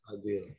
idea